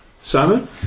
Simon